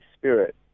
spirit